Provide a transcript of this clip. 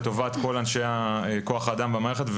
לטובת כל כוח האדם במערכת,